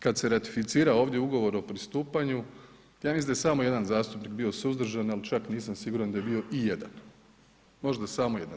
Kada se ratificirao ovdje ugovor o pristupanju, ja mislim da je samo jedan zastupnik bio suzdržan, ali čak nisam siguran da je bio ijedan, možda samo jedan.